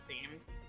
seems